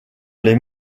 les